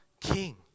king